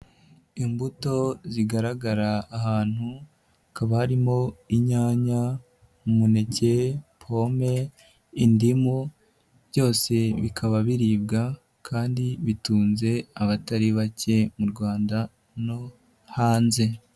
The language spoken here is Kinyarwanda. Imbuto zigaragara ahantu, haka habarimo inyanya, umuneke, pome, indimu, byose bikaba biribwa kandi bitunze abatari bake mu Rwanda no hanze.